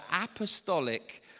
apostolic